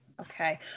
okay